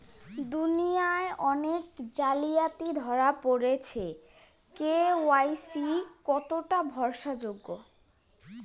দুনিয়ায় অনেক জালিয়াতি ধরা পরেছে কে.ওয়াই.সি কতোটা ভরসা যোগ্য?